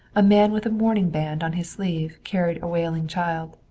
a man with a mourning band on his sleeve carried a wailing child.